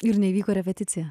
ir neįvyko repeticija